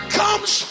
comes